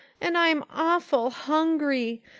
and i'm awful hungry.